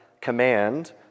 command